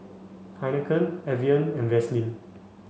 Heinekein Evian and Vaseline